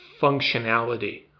functionality